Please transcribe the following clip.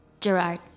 Gerard